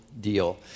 deal